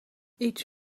each